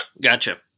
gotcha